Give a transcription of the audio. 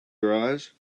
garage